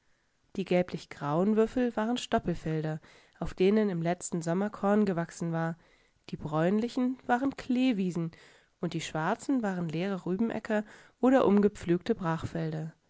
die gelblichgrauen würfel waren stoppelfelder auf denen im letzten sommer korn gewachsen war die bräunlichen waren kleewiesen und die schwarzen waren leere rübenäcker oder umgepflügte